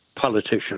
politician